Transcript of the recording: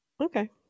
Okay